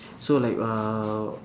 so like uh